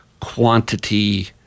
quantity